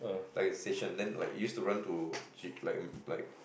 like a station then like used to run to g~ like like